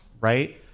right